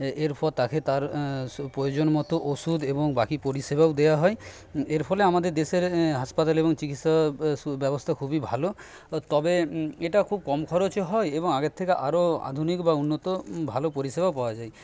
এরপর তাকে তার প্রয়োজন মতো ওষুধ এবং বাকি পরিষেবাও দেওয়া হয় এর ফলে আমাদের দেশের হাসপাতাল এবং চিকিৎসা ব্যবস্থা খুবই ভালো তবে এটা খুব কম খরচে হয় এবং আগের থেকে আরও আধুনিক বা উন্নত ভালো পরিষেবা পাওয়া যায়